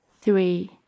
three